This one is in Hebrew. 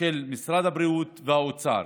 של משרד הבריאות והאוצר.